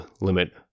limit